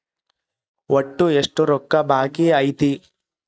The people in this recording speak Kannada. ಒಟ್ಟು ಎಷ್ಟು ರೊಕ್ಕ ಬಾಕಿ ಐತಿ?